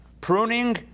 pruning